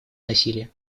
насилия